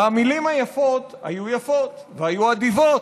המילים היפות היו יפות והיו אדיבות,